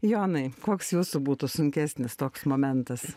jonai koks jūsų būtų sunkesnis toks momentas